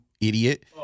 idiot